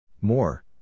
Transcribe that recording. More